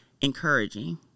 encouraging